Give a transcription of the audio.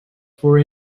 for